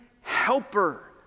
helper